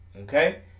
okay